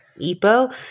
EPO